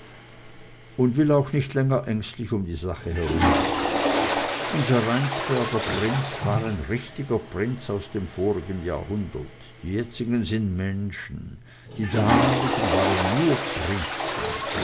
und will auch nicht länger ängstlich um die sache herumgehen unser rheinsberger prinz war ein richtiger prinz aus dem vorigen jahrhundert die jetzigen sind menschen die damaligen waren nur prinzen